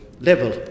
level